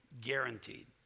guaranteed